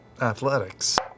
athletics